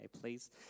please